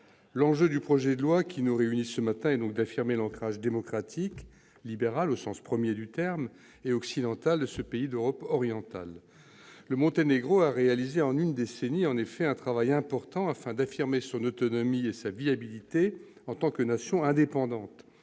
L'enjeu du projet de loi dont l'examen nous réunit ce matin consiste donc à affirmer l'ancrage démocratique, libéral, au sens premier du terme, et occidental de ce pays d'Europe orientale. Le Monténégro a réalisé en une décennie un travail important pour affirmer son autonomie et sa viabilité en tant que nation indépendante.